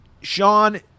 Sean